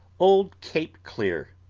old cape clear,